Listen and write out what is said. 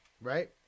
right